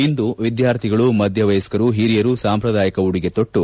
ಇಂದು ವಿದ್ಯಾರ್ಥಿಗಳು ಮಧ್ಯವಯಸ್ಕರು ಹಿರಿಯರು ಸಾಂಪ್ರದಾಯಿಕ ಉಡುಗೆ ತೊಟ್ಟು